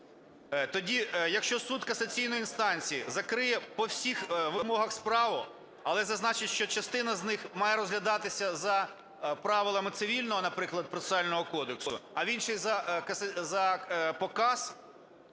Тоді, якщо суд касаційної інстанції закриє по всіх вимогах справу, але зазначить, що частина з них має розглядатися за правилами Цивільного, наприклад, процесуального кодексу, а в інші - по